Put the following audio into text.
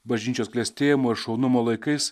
bažnyčios klestėjimo ir šaunumo laikais